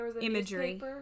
imagery